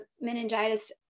meningitis